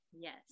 Yes